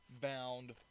bound